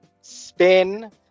spin